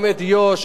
גם את יו"ש,